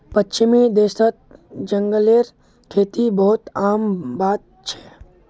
पश्चिमी देशत जंगलेर खेती बहुत आम बात छेक